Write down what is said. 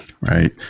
Right